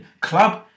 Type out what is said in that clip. club